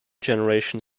generation